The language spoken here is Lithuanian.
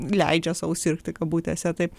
leidžia sau sirgti kabutėse taip